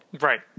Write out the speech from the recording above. Right